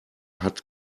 hat